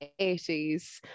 80s